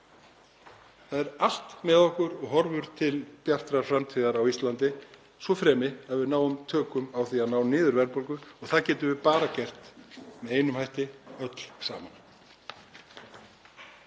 Það er allt með okkur og horfur til bjartrar framtíðar á Íslandi svo fremi að við náum tökum á því að ná niður verðbólgu. Það getum við bara gert með einum hætti: Öll saman.